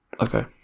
Okay